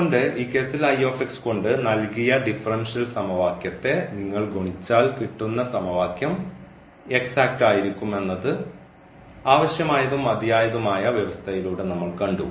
കൊണ്ട് ഈ കേസിൽ കൊണ്ട് നൽകിയ ഡിഫറൻഷ്യൽ സമവാക്യത്തെ നിങ്ങൾ ഗുണിച്ചാൽ കിട്ടുന്ന സമവാക്യം എക്സാറ്റ് ആയിരിക്കും എന്നത് ആവശ്യമായതും മതിയായതുമായ വ്യവസ്ഥയിലൂടെ നമ്മൾ കണ്ടു